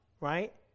right